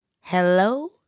hello